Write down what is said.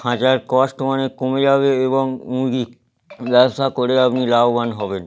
খাঁচার কস্ট অনেক কমে যাবে এবং মুরগির ব্যবসা করে আপনি লাভবান হবেন